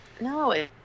No